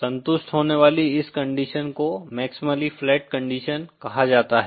संतुष्ट होने वाली इस कंडीशन को मक्सिमली फ्लैट कंडीशन कहा जाता है